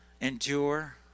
endure